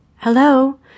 Hello